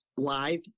live